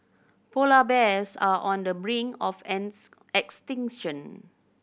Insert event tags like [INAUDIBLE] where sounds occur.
polar bears are on the brink of [UNINTELLIGIBLE]